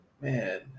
man